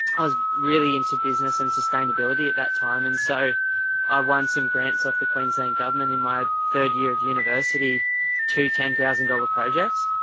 i was really into business and sustainability at that time. and so i want some grants of the queensland government in my third year of university to ten thousand dollars projects